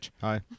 Hi